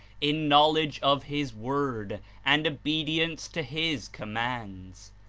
in knowledge of his word and obedience to his commands.